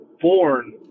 born